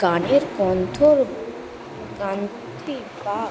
গানের কণ্ঠ